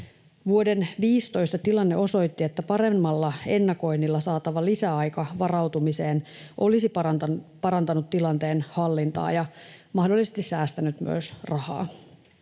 Vuoden 15 tilanne osoitti, että paremmalla ennakoinnilla saatava lisäaika varautumiseen olisi parantanut tilanteen hallintaa ja mahdollisesti säästänyt myös rahaa.